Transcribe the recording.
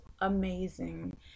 amazing